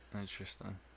Interesting